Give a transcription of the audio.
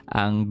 ang